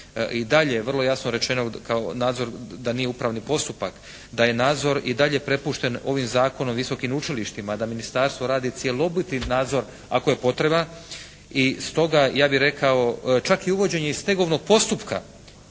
i dalje vrlo jasno rečeno kao nadzor da nije upravni postupak, da je nadzor i dalje prepušten ovim Zakonom o visokim učilištima, da ministarstvo radi cjeloviti nadzor ako je potreban i stoga ja bih rekao čak i uvođenje stegovnog postupka